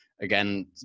again